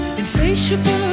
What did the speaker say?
insatiable